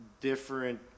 different